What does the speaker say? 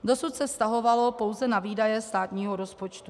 Dosud se vztahovalo pouze na výdaje státního rozpočtu.